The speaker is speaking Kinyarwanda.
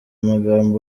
magambo